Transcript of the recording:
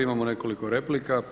Imamo nekoliko replika.